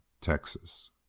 Texas